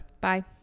Bye